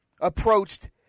approached